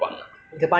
演绎 ah